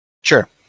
Sure